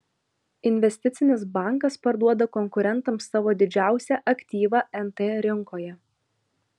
investicinis bankas parduoda konkurentams savo didžiausią aktyvą nt rinkoje